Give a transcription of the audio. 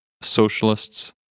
socialists